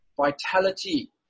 vitality